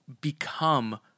become